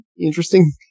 interesting